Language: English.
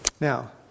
Now